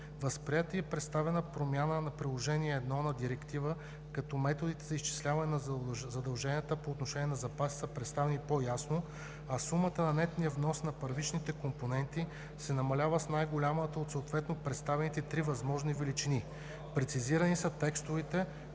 Възприета е и представената промяна на Приложение 1 на Директивата като методите за изчисляване на задълженията по отношение на запасите са представени по-ясно, а сумата на нетния внос на първичните компоненти се намалява с най-голямата от съответно представените три възможни величини. Прецизирани са текстовете,